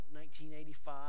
1985